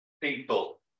people